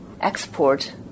export